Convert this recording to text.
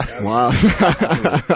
wow